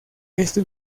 esto